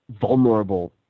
vulnerable